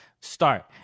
start